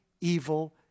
evil